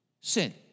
sin